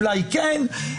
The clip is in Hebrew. אולי כן,